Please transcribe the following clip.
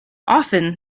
often